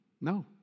No